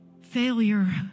failure